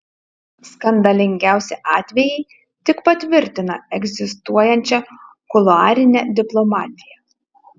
skandalingiausi atvejai tik patvirtina egzistuojančią kuluarinę diplomatiją